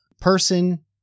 person